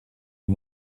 you